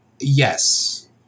Yes